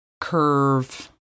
curve